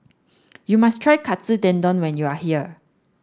you must try Katsu Tendon when you are here